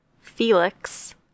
Felix